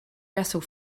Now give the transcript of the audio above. wrestle